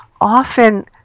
often